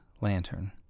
Lantern